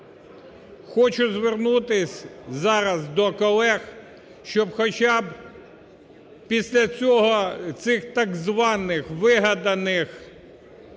Хочу звернутись зараз до колег, щоб хоча б після цього, цих так званих вигаданих